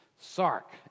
Sark